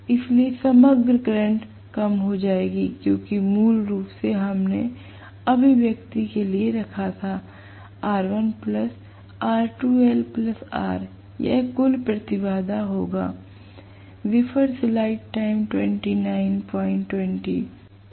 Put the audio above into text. इसलिए समग्र करंट कम हो जाएगी क्योंकि मूल रूप से हमने अभिव्यक्ति के लिए लिखा था यह कुल प्रतिबाधा होगा